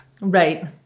Right